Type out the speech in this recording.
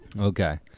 Okay